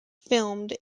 filmed